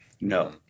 No